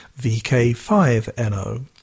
VK5NO